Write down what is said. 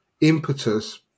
impetus